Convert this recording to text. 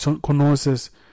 conoces